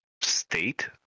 state